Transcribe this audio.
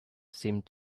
seemed